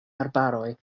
arbaroj